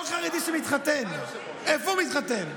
כל חרדי שמתחתן, איפה הוא מתחתן?